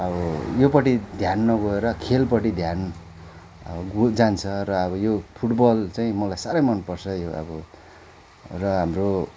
अब योपट्टि ध्यान नगएर खेलपट्टि ध्यान अब ग जान्छ र अब यो फुटबल चाहिँ मलाई साह्रै मन पर्छ यो अब र हाम्रो